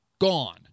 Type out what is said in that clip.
gone